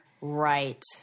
Right